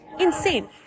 Insane